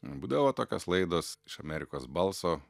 būdavo tokios laidos iš amerikos balso